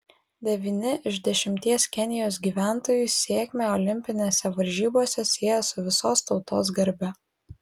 devyni iš dešimties kenijos gyventojų sėkmę olimpinėse varžybose sieja su visos tautos garbe